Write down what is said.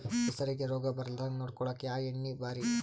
ಹೆಸರಿಗಿ ರೋಗ ಬರಲಾರದಂಗ ನೊಡಕೊಳುಕ ಯಾವ ಎಣ್ಣಿ ಭಾರಿ?